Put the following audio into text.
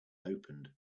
opened